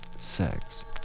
sex